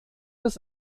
des